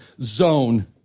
zone